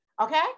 Okay